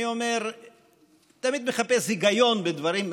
אני תמיד מחפש היגיון בדברים,